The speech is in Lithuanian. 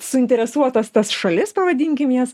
suinteresuotas tas šalis pavadinkim jas